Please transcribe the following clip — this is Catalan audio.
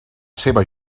seva